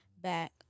back